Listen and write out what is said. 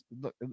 Look